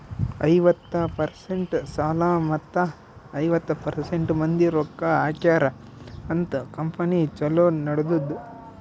ಐವತ್ತ ಪರ್ಸೆಂಟ್ ಸಾಲ ಮತ್ತ ಐವತ್ತ ಪರ್ಸೆಂಟ್ ಮಂದಿ ರೊಕ್ಕಾ ಹಾಕ್ಯಾರ ಅಂತ್ ಕಂಪನಿ ಛಲೋ ನಡದ್ದುದ್